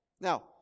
Now